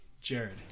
Jared